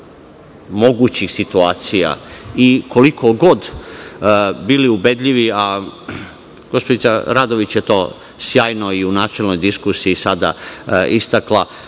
mogućih situacija i koliko god bili ubedljivi, a gospođica Radović je to sjajno i u načelnoj diskusiji i sada istakla,